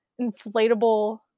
inflatable